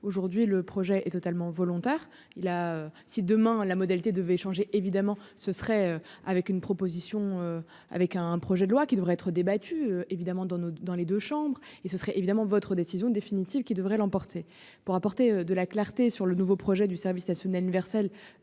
aujourd'hui le projet est totalement volontaire il a si demain la modalité devait changer évidemment ce serait avec une proposition avec un projet de loi qui devrait être débattue évidemment dans nos, dans les deux chambres et ce serait évidemment votre décision définitive qui devrait l'emporter pour apporter de la clarté sur le nouveau projet du service national universel